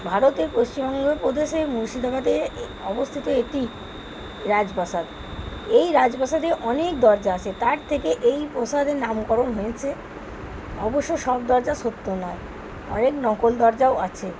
ভারতের পশ্চিমবঙ্গ প্রদেশে মুর্শিদাবাদে অবস্থিত এটি রাজপ্রাসাদ এই রাজপ্রাসাদে অনেক দরজা আছে তার থেকে এই প্রাসাদের নামকরণ হয়েছে অবশ্য সব দরজা সত্য নয় অনেক নকল দরজাও আছে